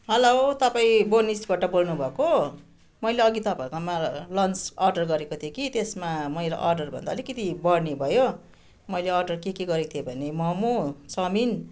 hello तपाईँ बोनिसबाट बोल्नुभएको मैले अघि तपाईँहरूकोमा लन्च अर्डर गरको थिएँ कि त्यसमा मेरो अर्डर भन्दा अलिकति बढ्ने भयो मैले अर्डर के के गरेको थिएँ भने मोमो चाउमिन